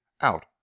out